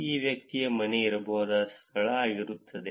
ಈ ವ್ಯಕ್ತಿಯ ಮನೆ ಇರಬಹುದಾದ ಸ್ಥಳ ಆಗಿರುತ್ತದೆ